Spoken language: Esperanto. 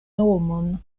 nomon